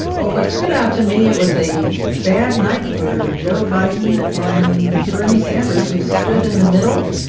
well, what stood out to me, it was a bad night for joe biden and bernie sanders, who stood in the middle.